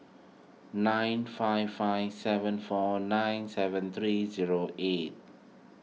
nine five five seven four nine seven three zero eight